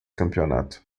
campeonato